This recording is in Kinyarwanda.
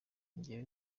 njyewe